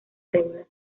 deudas